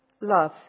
love